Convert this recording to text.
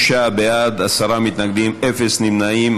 76 בעד, עשרה מתנגדים, אין נמנעים.